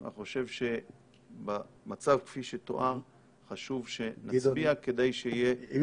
אני חושב שבמצב כפי שתואר חשוב שנצביע כדי שיהיה --- גדעון,